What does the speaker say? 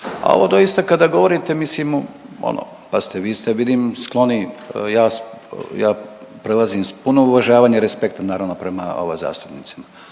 A ovo doista kada govorite mislim ono, pazite vi ste vidim skloni ja, ja prelazim s puno uvažavanja i respektom naravno prema ovaj zastupnicima,